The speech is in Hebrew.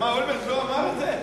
אולמרט אמר את זה.